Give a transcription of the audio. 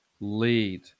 lead